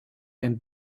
and